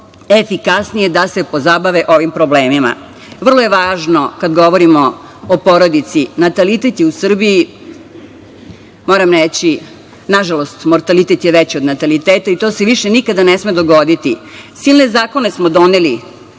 efikasnije da se pozabave ovim problemima. Vrlo je važno kad govorimo o porodici, natalitet je u Srbiji, moram reći, nažalost, mortalitet je veći od nataliteta i to se više nikada ne sme dogoditi. Silne zakone smo doneli